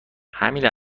همین